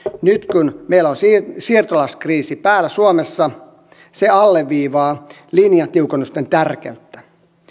nyt kun meillä on siirtolaiskriisi päällä suomessa se alleviivaa linjan tiukennusten tärkeyttä